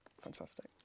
Fantastic